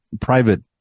private